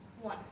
One